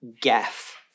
gaff